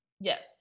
yes